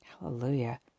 Hallelujah